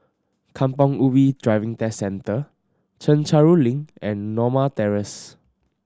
Kampong Ubi Driving Test Centre Chencharu Link and Norma Terrace